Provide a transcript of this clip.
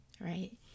right